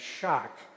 shock